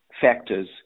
factors